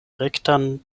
rektan